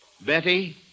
Betty